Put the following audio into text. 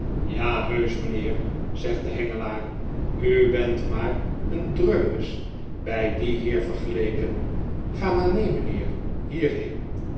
ja heusch mijnheer zegt de hengelaar u bent maar een dreumes bij dien heer vergeleken ga maar mee mijnheer hierheen